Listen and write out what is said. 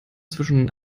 zwischen